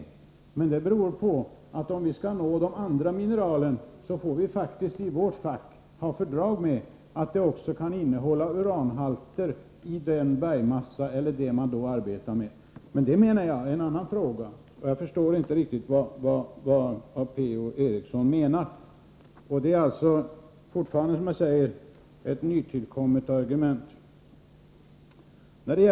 Om geologerna skall nå de andra mineralerna måste de nämligen ha fördrag med att det kan finnas uranhalter i den bergsmassa som de arbetar med. Men det är en annan fråga, och jag förstår inte riktigt vad Per-Ola Eriksson menar. Det är ett nytillkommet argument han anför.